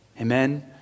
Amen